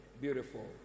Beautiful